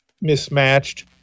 mismatched